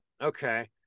okay